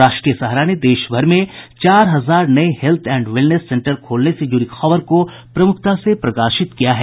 राष्ट्रीय सहारा ने देशभर में चार हजार नये हेल्थ एंड वेलनेस सेंटर खोलने से जुड़ी खबर को प्रमुखता से प्रकाशित किया है